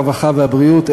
הרווחה והבריאות,